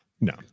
no